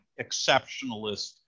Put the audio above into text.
exceptionalist